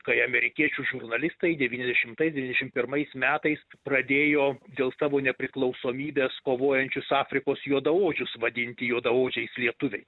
kai amerikiečių žurnalistai devyniašimtais devyniasdešim pirmais metais pradėjo dėl savo nepriklausomybės kovojančius afrikos juodaodžius vadinti juodaodžiais lietuviais